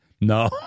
no